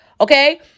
Okay